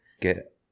get